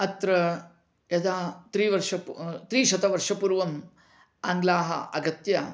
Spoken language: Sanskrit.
अत्र यदा त्रिवर्षं त्रिशतवर्षपूर्वं आङ्ग्लाः आगत्य